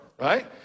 Right